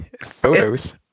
Photos